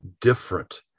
different